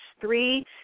three